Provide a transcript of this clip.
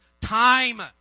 time